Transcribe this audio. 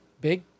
big